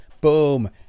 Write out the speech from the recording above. boom